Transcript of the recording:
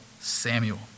Samuel